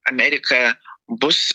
amerika bus